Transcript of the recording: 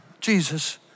Jesus